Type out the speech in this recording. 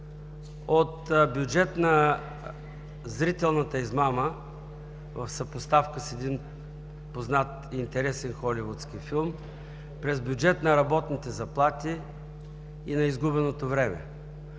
От бюджет на зрителната измама – в съпоставка с един познат интересен холивудски филм, през бюджет на работните заплати и на изгубеното време.